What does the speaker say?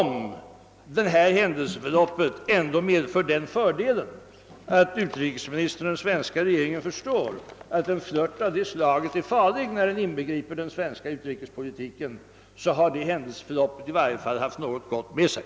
Men om händelsutvecklingen sedan «dess haft den fördelen att utrikesministern och den svenska regeringen nu förstår att en flirt av detta slag är farlig när den inbegriper den svenska utrikespolitiken, då har detta händelseförlopp i varje fall haft något gott med sig.